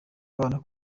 abana